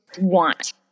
want